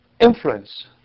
influence